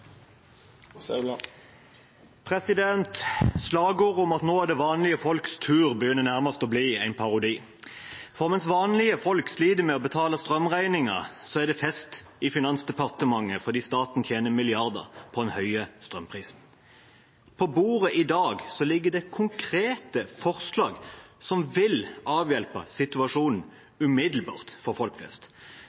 om at nå er det vanlige folks tur, begynner nærmest å bli en parodi, for mens vanlige folk sliter med å betale strømregningen, er det fest i Finansdepartementet fordi staten tjener milliarder på den høye strømprisen. På bordet i dag ligger det konkrete forslag som vil avhjelpe situasjonen umiddelbart for folk flest.